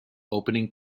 opening